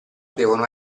devono